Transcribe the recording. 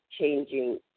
changing